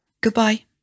Goodbye